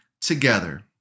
together